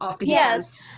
yes